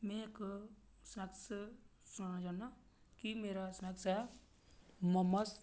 में इक सनैक्स सनाना चाहन्नां कि मेरे सनैक्स ऐ मोमस